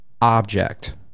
object